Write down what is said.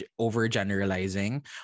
overgeneralizing